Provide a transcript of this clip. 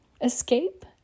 escape